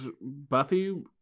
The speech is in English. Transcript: Buffy